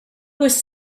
was